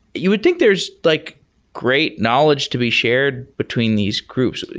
you would think there's like great knowledge to be shared between these groups.